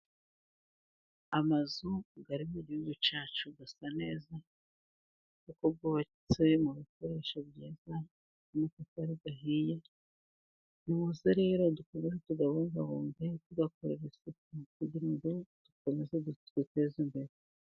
Amazu ari mu gihugu cyacu asa neza, kuko yubatse mu bikoresho byiza amatafari ahiye, muze rero dukore tuyabungabunge, tuyakorere isuku kugira ngo dukomeze twiteze imbere.